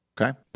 okay